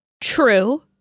True